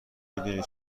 میدونی